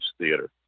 Theater